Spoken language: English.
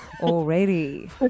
already